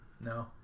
No